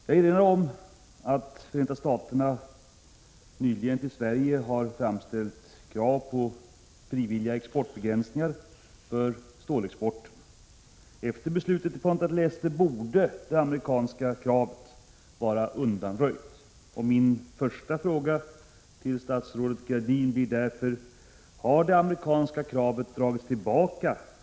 Jag vill erinra om att Förenta Staterna nyligen till Sverige har framställt krav på frivilliga exportbegränsningar för stål. Efter beslutet i Punta del Este borde det amerikanska kravet vara undanröjt, och min första fråga till statsrådet Gradin blir därför: Har det amerikanska kravet dragits tillbaka?